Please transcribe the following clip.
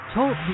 Talk